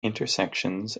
intersections